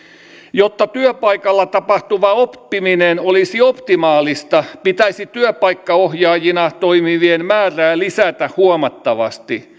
jotta työpaikalla tapahtuva oppiminen olisi optimaalista pitäisi työpaikkaohjaajina toimivien määrää lisätä huomattavasti